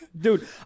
Dude